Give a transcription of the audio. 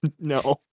No